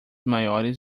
maiores